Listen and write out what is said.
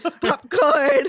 Popcorn